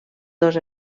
dos